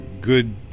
good